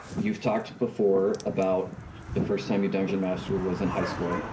you've talked before about the first time you dungeon mastered was in high school,